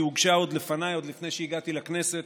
היא הוגשה עוד לפניי, עוד לפני שהגעתי לכנסת,